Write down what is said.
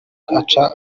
aca